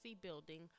building